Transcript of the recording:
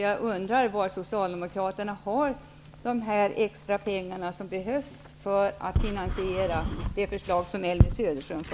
Jag undrar var Socialdemokraterna har de extra pengar som behövs för att finansiera det förslag som Elvy